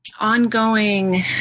ongoing